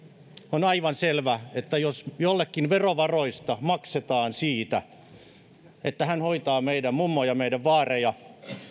on aivan selvä että jos jollekin verovaroista maksetaan siitä että hän hoitaa meidän mummoja ja meidän vaareja